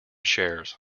shares